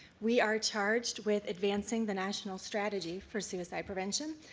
we are charged with advancing the national strategy for suicide prevention,